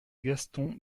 gaston